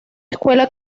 escuela